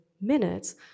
minutes